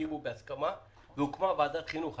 הסכימו והוקמה ועדת החינוך.